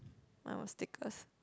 our stickers